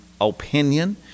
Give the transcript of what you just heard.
opinion